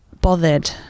bothered